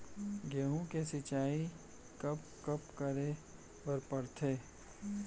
गेहूँ के सिंचाई कब कब करे बर पड़थे?